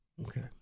Okay